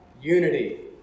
unity